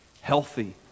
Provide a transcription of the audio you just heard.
healthy